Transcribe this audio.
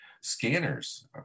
scanners